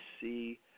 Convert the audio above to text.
see